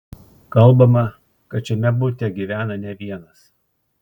kalbama kad šiame bute gyvena ne vienas